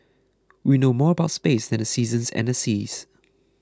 we know more about space than the seasons and the seas